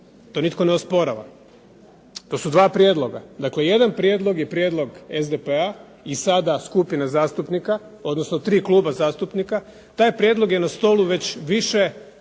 to nitko ne osporava, to su 2 prijedloga. Dakle, jedan prijedlog je prijedlog SDP-a i sada skupine zastupnika, odnosno 3 kluba zastupnika, taj prijedlog je na stolu već više,